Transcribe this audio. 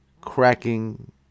cracking